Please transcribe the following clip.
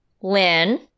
lynn